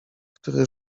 który